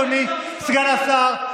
אדוני סגן השר,